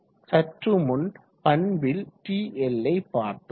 சற்றுமுன் பண்பில் TL யை பார்த்தோம்